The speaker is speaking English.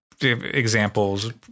Examples